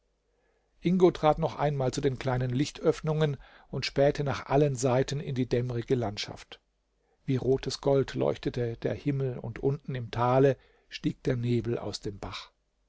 ingo trat noch einmal zu den kleinen lichtöffnungen und spähte nach allen seiten in die dämmrige landschaft wie rotes gold leuchtete der himmel und unten im tale stieg der nebel aus dem bach